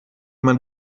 man